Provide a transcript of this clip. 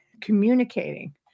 Communicating